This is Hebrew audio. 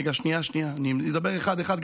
רגע, שנייה, שנייה, אני אדבר אחד-אחד.